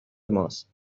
ماست